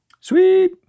Sweet